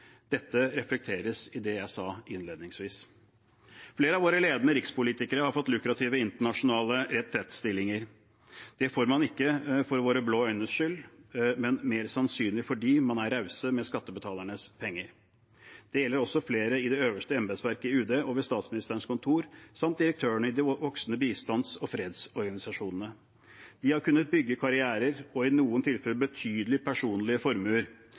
Dette reflekteres i det jeg sa innledningsvis. Flere av våre ledende rikspolitikere har fått lukrative internasjonale retrettstillinger. Det får man ikke for sine blå øynes skyld, men mer sannsynlig fordi man er raus med skattebetalernes penger. Det gjelder også flere i det øverste embetsverket i UD og ved Statsministerens kontor samt direktørene i de voksende bistands- og fredsorganisasjonene. De har kunnet bygge karrierer og i noen tilfeller betydelige personlige formuer